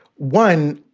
one,